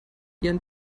ihren